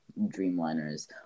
Dreamliners